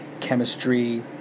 chemistry